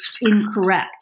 incorrect